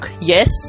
yes